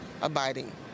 abiding